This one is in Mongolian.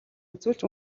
үзүүлж